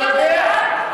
אפשר לדעת?